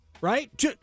right